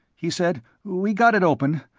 he said. we got it open.